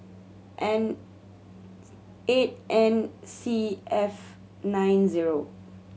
N eight N C F nine zero